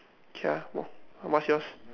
K ah what's yours